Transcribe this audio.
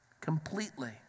completely